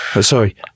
sorry